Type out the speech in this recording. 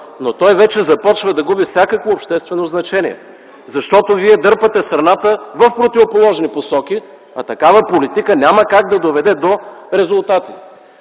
но той вече започва да губи всякакво обществено значение. Защото вие дърпате страната в противоположни посоки, а такава политика няма как да доведе до резултат.